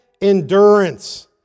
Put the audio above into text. endurance